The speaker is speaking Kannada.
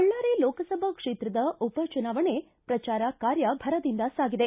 ಬಳ್ಳಾರಿ ಲೋಕಸಭಾ ಕ್ಷೇತ್ರದ ಉಪ ಚುನಾವಣೆ ಪ್ರಚಾರ ಕಾರ್ಯ ಭರದಿಂದ ಸಾಗಿದೆ